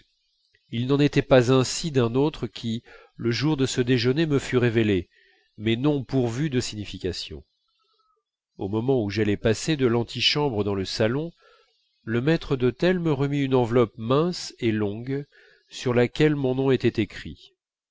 il n'en était pas ainsi d'un autre qui le jour de ce déjeuner me fut révélé mais non pourvu de sa signification au moment où j'allais passer de l'antichambre dans le salon le maître d'hôtel me remit une enveloppe mince et longue sur laquelle mon nom était écrit